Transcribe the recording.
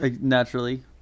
naturally